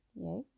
Yay